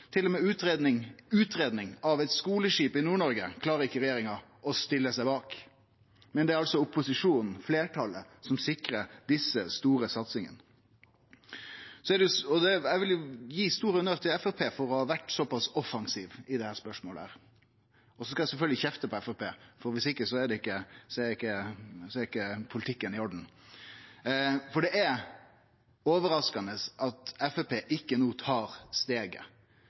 eit skuleskip i Nord-Noreg klarer regjeringa å stille seg bak. Det er altså opposisjonen, fleirtalet, som sikrar desse store satsingane. Eg vil gje stor honnør til Framstegspartiet for å ha vore såpass offensive i dette spørsmålet. Og så skal eg sjølvsagt kjefte på Framstegspartiet, for viss ikkje er ikkje politikken i orden. Det er overraskande at Framstegspartiet ikkje no tar steget,